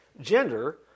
Gender